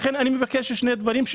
לכן אני מבקש שני דברים,